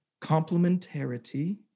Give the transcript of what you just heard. Complementarity